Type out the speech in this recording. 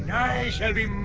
i shall be